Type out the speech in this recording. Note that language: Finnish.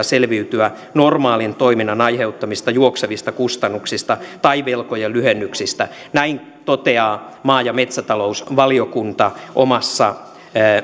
selviytyä normaalin toiminnan aiheuttamista juoksevista kustannuksista tai velkojen lyhennyksistä näin toteaa maa ja metsätalousvaliokunta omassa